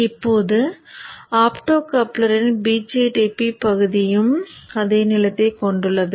இப்போது ஆப்டோகப்ளரின் BJT பகுதியும் அதே நிலத்தைக் கொண்டுள்ளது